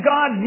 God